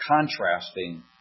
contrasting